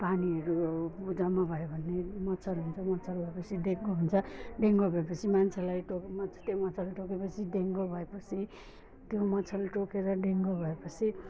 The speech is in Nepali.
पानीहरू जम्मा भयो भने मच्छर हुन्छ मच्छर भए पछि डेङ्गु हुन्छ डेङ्गु भए पछि मान्छेलाई टो त्यो मच्छरले टोके पछि डेङ्गु भए पछि त्यो मच्छरले टोकेर डेङ्गु भए पछि